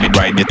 right